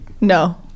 No